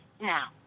Now